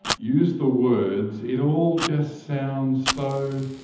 use the words. it all just sounds so,